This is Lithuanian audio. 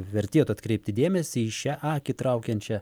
vertėtų atkreipti dėmesį į šią akį traukiančią